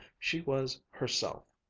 she was herself.